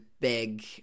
big